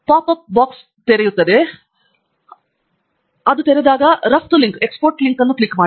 pop up ಸಂವಾದವನ್ನು ತೆರೆಯಲು ರಫ್ತು ಲಿಂಕ್ ಅನ್ನು ಕ್ಲಿಕ್ ಮಾಡಿ